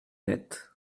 net